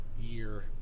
year